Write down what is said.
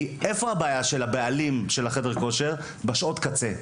כי הבעיה של בעלי חדרי הכושר היא בשעות הקצה.